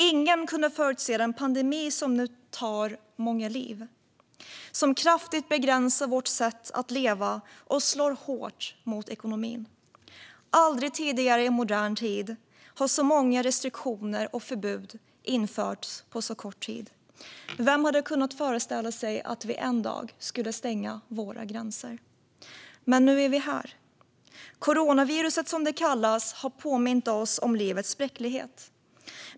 Ingen kunde förutse den pandemi som nu tar många liv, som kraftigt begränsar vårt sätt att leva och som slår hårt mot ekonomin. Aldrig tidigare i modern tid har så många restriktioner och förbud införts på så kort tid. Vem hade kunnat föreställa sig att vi en dag skulle stänga våra gränser? Men nu är vi här. Coronaviruset, som det kallas, har påmint oss om livets bräcklighet.